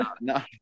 No